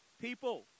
people